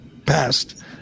past